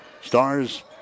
Stars